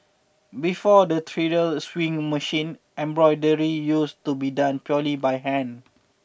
before the treadle sewing machine embroidery used to be done purely by hand